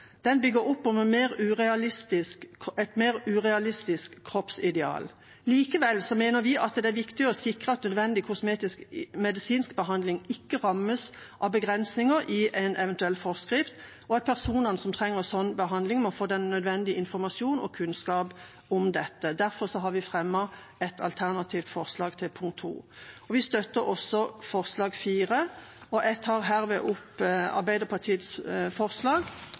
Den bygger opp under et mer urealistisk kroppsideal. Likevel mener vi det er viktig å sikre at nødvendig kosmetisk-medisinsk behandling ikke rammes av begrensninger i en eventuell forskrift, og at personene som trenger slik behandling, må få nødvendig informasjon og kunnskap om dette. Derfor har vi fremmet et alternativt forslag til punkt 2, og vi støtter også forslag nr. 4. Jeg tar herved opp Arbeiderpartiets forslag